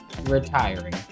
retiring